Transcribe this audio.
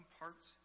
parts